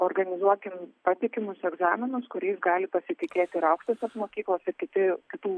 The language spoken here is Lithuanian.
organizuokim patikimus egzaminus kuriais gali pasitikėti ir aukštosios mokyklos ir kiti kitų